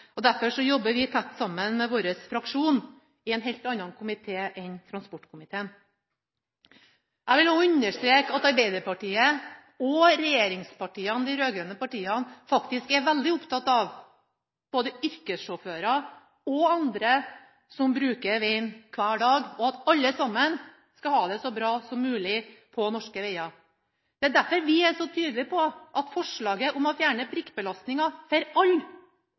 det. Derfor jobber vi tett sammen med vår fraksjon i en helt annen komité enn transportkomiteen. Jeg vil også understreke at Arbeiderpartiet og regjeringspartiene, de rød-grønne partiene, faktisk er veldig opptatt av både yrkessjåfører og andre som bruker vegen hver dag, og at alle sammen skal ha det så bra som mulig på norske veger. Det er derfor vi er så tydelige på at forslaget om å fjerne prikkbelastningen for alle